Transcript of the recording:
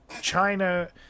China